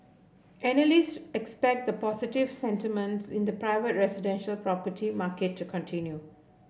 analysts expect the positive sentiments in the private residential property market to continue